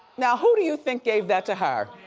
now, who do you think gave that to her?